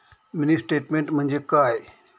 Mini statement म्हणजे काय?